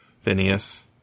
Phineas